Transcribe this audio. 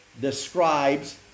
describes